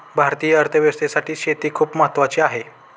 भारतीय अर्थव्यवस्थेसाठी शेती खूप महत्त्वाची आहे